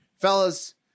fellas